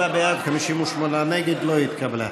57 בעד, 58 נגד, לא התקבלה.